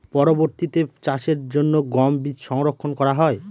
পরবর্তিতে চাষের জন্য গম বীজ সংরক্ষন করা হয়?